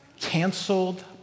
canceled